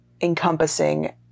encompassing